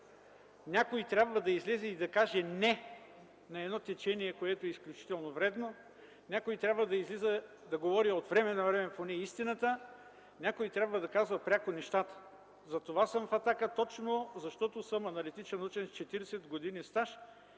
Някой трябва да излезе и да каже „Не!” на едно течение, което е изключително вредно. Някой трябва да излиза и да говори от време на време поне истината. Някой трябва да казва пряко нещата. Затова съм в „Атака” – точно защото съм аналитичен учен с 40 години стаж